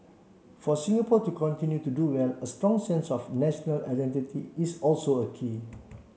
for Singapore to continue to do well a strong sense of national identity is also a key